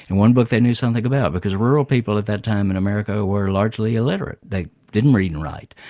and one book they knew something about because rural people at that time in america were largely illiterate. they didn't read and write.